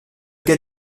qu’a